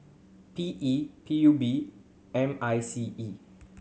P E P U B M I C E